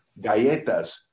galletas